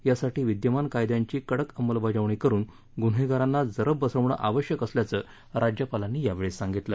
यासाठी विद्यमान कायद्यांची कडक अंमलबजावणी करुन गुन्हेगारांना जरब बसवणं आवश्यक असल्याचं राज्यपालांनी यावेळी सांगितलं